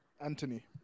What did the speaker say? Anthony